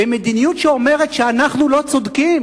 במדיניות שאומרת שאנחנו לא צודקים